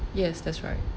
yes that's right